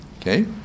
okay